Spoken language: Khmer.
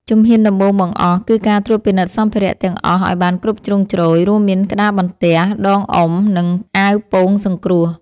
ជំហានដំបូងបង្អស់ គឺការត្រួតពិនិត្យសម្ភារៈទាំងអស់ឱ្យបានគ្រប់ជ្រុងជ្រោយ រួមមានក្តារបន្ទះ ដងអុំ និងអាវពោងសង្គ្រោះ។